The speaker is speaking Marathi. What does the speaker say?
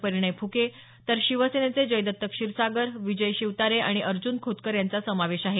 परिणय फुके तर शिवसनेचे जयदत्त क्षीरसागर विजय शिवतारे आणि अर्ज्न खोतकर यांचा समावेश आहे